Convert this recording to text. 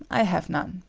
i have none.